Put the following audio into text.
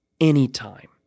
anytime